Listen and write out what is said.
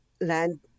land